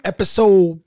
Episode